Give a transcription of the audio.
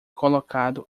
colocado